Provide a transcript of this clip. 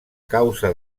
causa